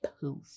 poof